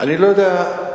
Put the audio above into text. ולכן אמרתי: